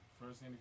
First